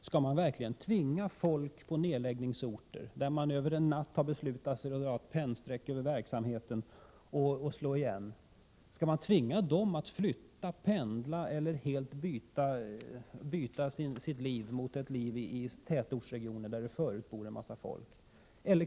Skall folk på nedläggningsorter, där man över en natt har beslutat sig för att dra ett pennstreck över verksamheten och slå igen, verkligen tvingas att flytta, att pendla eller helt förändra sin tillvaro genom att byta till ett liv i tätortsregioner där det förut bor en massa folk?